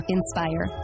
Inspire